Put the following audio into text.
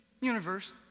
Universe